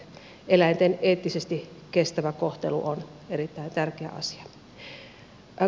eläinten eettisesti kestävä kohtelu on erittäin tärkeä asia